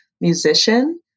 musician